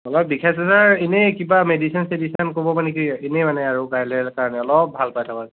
অলপ বিষাইছে ছাৰ এনেই কিবা মেডিচিন চেডিচিন ক'ব নেকি এনেই মানে আৰু কাইলৈৰ কাৰণে অলপ ভাল পাই থকাকৈ